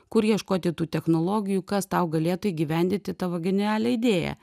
kur ieškoti tų technologijų kas tau galėtų įgyvendinti tavo genialią idėją